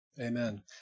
Amen